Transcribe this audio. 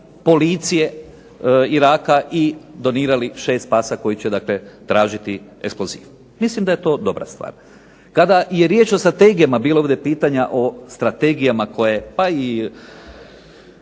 policije Iraka i donirali 6 pasa koji će tražiti eksploziv. Mislim da je to dobra stvar. Kada je riječ o strategijama, bilo je ovdje pitanja o strategijama koje